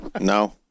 No